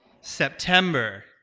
September